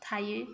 थायो